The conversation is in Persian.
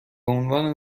عنوان